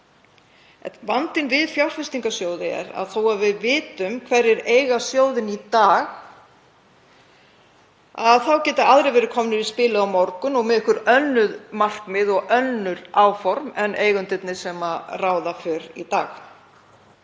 Vandinn við fjárfestingarsjóði er að þó að við vitum hverjir eiga sjóðinn í dag þá geta aðrir verið komnir í spilið á morgun með einhver önnur markmið og önnur áform en eigendurnir sem ráða för í dag.